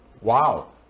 Wow